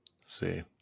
See